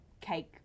cake